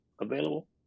available